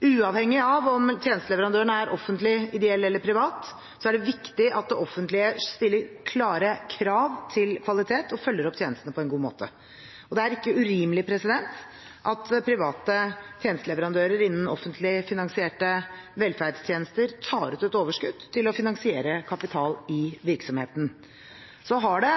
Uavhengig av om tjenesteleverandøren er offentlig, ideell eller privat, er det viktig at det offentlige stiller klare krav til kvalitet og følger opp tjenestene på en god måte. Og det er ikke urimelig at private tjenesteleverandører innen offentlig finansierte velferdstjenester tar ut et overskudd til å finansiere kapital i virksomheten. Så har det,